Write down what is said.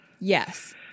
Yes